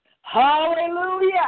Hallelujah